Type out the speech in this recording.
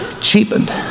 cheapened